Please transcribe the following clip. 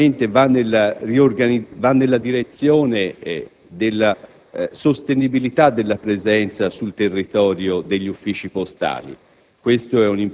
che va nella direzione della sostenibilità della presenza sul territorio degli uffici postali.